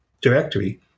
directory